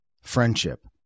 friendship